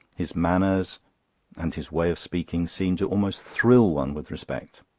his manners and his way of speaking seem to almost thrill one with respect.